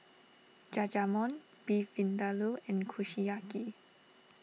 Jajangmyeon Beef Vindaloo and Kushiyaki